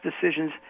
decisions